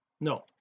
no